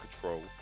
control